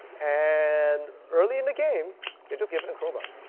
and early in the game, just given a crowbar.